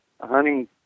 hunting